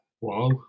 wow